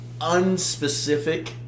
unspecific